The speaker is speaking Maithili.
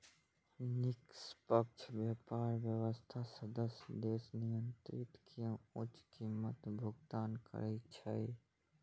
निष्पक्ष व्यापार व्यवस्थाक सदस्य देश निर्यातक कें उच्च कीमतक भुगतान करै छै